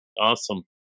Awesome